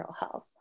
health